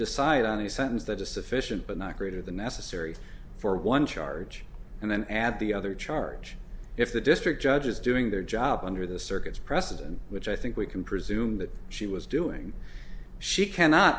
decide on the sentence that is sufficient but not greater than necessary for one charge and then add the other charge if the district judge is doing their job under the circuits precedent which i think we can presume that she was doing she cannot